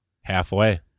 Halfway